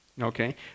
okay